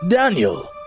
Daniel